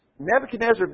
Nebuchadnezzar